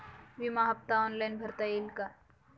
विमा हफ्ता ऑनलाईन भरता येईल का?